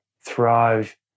thrive